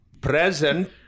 present